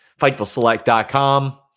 FightfulSelect.com